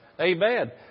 Amen